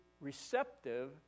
receptive